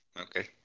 Okay